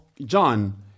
John